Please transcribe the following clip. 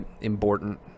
important